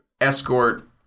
escort